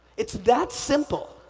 it's that simple.